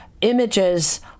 images